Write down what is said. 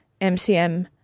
MCM